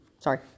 Sorry